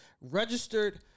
registered